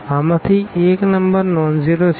આમાંથી એક number nonzero છે